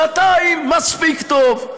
שנתיים מספיק טוב.